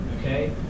okay